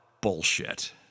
Bullshit